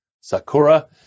Sakura